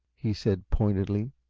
he said, pointedly.